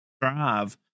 drive